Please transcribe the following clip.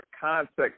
context